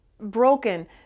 broken